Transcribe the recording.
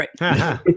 Right